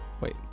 wait